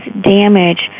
damage